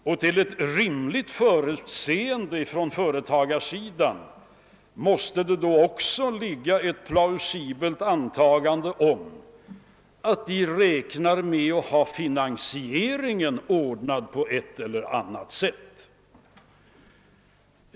Och till ett rimligt förutseende från företagarsidan måste då också räknas ett antagande om att fi nansieringen skall ordnas på ett eller annat sätt.